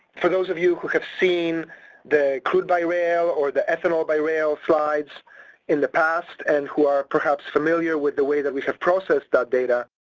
for those of you who have seen the crude-by-rail or the ethanol-by-rail slides in the past and who are perhaps familiar with the way that we have processed that data,